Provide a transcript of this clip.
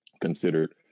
considered